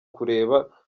kureba